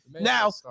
Now